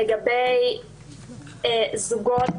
לגבי זוגות